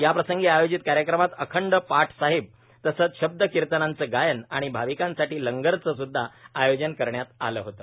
याप्रसंगी आयोजित कार्यक्रमात अखंड पाठ साहेब तसंच शब्द कीर्तनाचं गायन आणि भाविकांसाठी लंगरचं स्द्धा आयोजन करण्यात आलं होतं